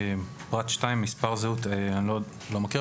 פרט (2) מספר זהות: אני לא מכיר,